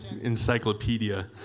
encyclopedia